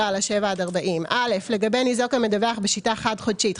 אלא על השבעה עד 40. לגבי ניזוק המדווח בשיטה חד-חודשית,